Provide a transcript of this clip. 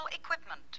Equipment